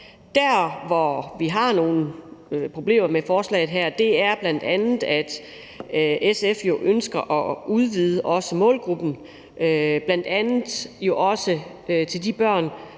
Der, hvor vi har nogle problemer med forslaget, er bl.a., at SF jo ønsker at udvide målgruppen, bl.a. også til de børn,